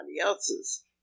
else's